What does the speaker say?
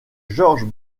georges